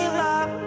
love